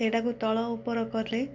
ସେଇଟାକୁ ତଳ ଉପର କଲେ